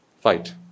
fight